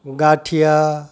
ગાંઠિયા